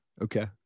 okay